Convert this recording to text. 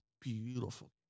beautiful